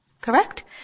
Correct